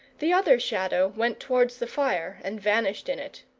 the other shadow went towards the fire and vanished in it.